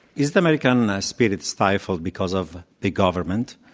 is american spirit stifled because of big government?